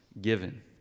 given